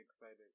excited